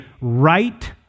right